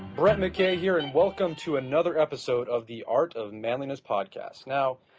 brett mckay here, and welcome to another episode of the art of manliness podcast. now,